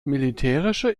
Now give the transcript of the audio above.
militärische